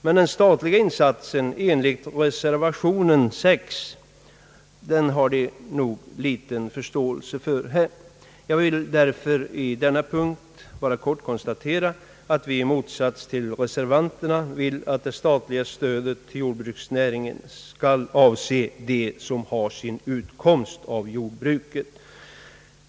Den statliga insatsen enligt reservation 6 har han nog ganska liten förståelse för. Jag vill därför i denna punkt bara kort konstatera att vi, i motsats till reservanterna, vill att det statliga stödet till jordbruksnäringen skall avse dem som har sin utkomst av jordbruket.